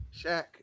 Shaq